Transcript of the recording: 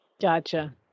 Gotcha